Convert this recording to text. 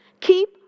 Keep